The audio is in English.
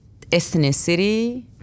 ethnicity